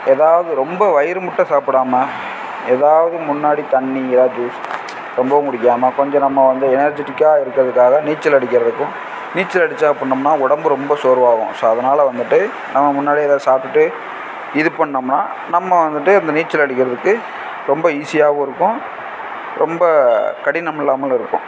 ஏதாவது ரொம்ப வயிறு முட்ட சாப்பிடாம எதாவது முன்னாடி தண்ணி எதாவது ஜூஸ் ரொம்பவும் குடிக்காமல் கொஞ்சம் நம்ம வந்து எனர்ஜிட்டிக்காக இருக்கிறதுக்காக நீச்சல் அடிக்கிறதுக்கும் நீச்சல் அடித்தா அப்படின்னம்னா உடம்பு ரொம்ப சோர்வாகும் ஸோ அதனால் வந்துட்டு நம்ம முன்னாடி எதாவது சாப்பிட்டுட்டு இது பண்ணிணோம்னா நம்ம வந்துட்டு அந்த நீச்சல் அடிக்கிறதுக்கு ரொம்ப ஈஸியாகவும் இருக்கும் ரொம்ப கடினமில்லாமாலும் இருக்கும்